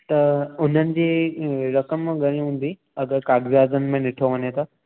त हुननि जी अ रक़म घणी हूंदी अगरि कागज़ातनि ॾिठो वञे त